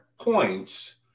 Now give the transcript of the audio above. points